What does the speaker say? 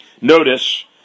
Notice